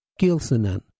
Gilsonan